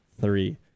three